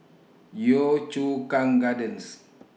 Yio Chu Kang Gardens